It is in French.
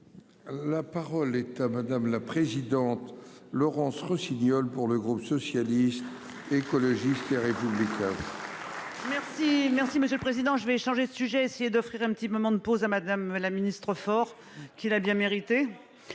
La parole est à madame la présidente Laurence Rossignol pour le groupe socialiste. Écologiste et républicain. Merci monsieur le président je vais changer de sujet, essayer d'offrir un petit moment de pause à Madame la Ministre fort qui l'a bien mérité.